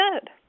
good